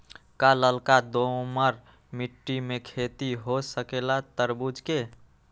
का लालका दोमर मिट्टी में खेती हो सकेला तरबूज के?